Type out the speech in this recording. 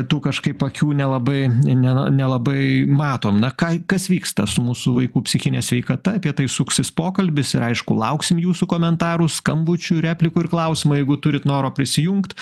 tų kažkaip akių nelabai ne na nelabai matom na ką kas vyksta su mūsų vaikų psichine sveikata apie tai suksis pokalbis ir aišku lauksim jūsų komentarų skambučių replikų ir klausimų jeigu turit noro prisijungt